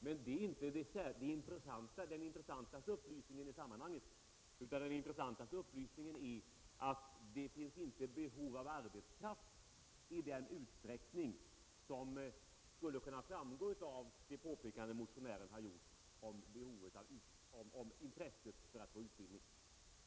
Men den mest betydelsefulla upplysningen i sammanhanget är att det inte finns behov av arbetskraft i den utsträckning som skulle kunna framgå av det påpekande motionären har gjort om intresset för att få utbildning.